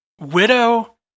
Widow